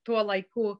tuo laiku